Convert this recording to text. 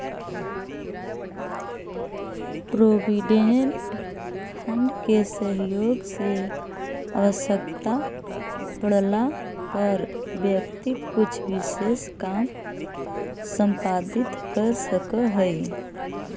provident fund के सहयोग से आवश्यकता पड़ला पर व्यक्ति कुछ विशेष काम संपादित कर सकऽ हई